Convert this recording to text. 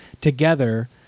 together